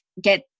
get